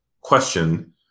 question